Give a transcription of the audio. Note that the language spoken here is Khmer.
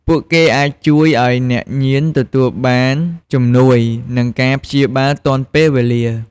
ពួកគេអាចជួយឱ្យអ្នកញៀនទទួលបានជំនួយ និងការព្យាបាលទាន់ពេលវេលា។